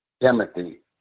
Timothy